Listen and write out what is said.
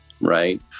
right